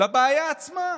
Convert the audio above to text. לבעיה עצמה.